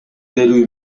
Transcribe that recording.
берүү